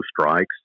strikes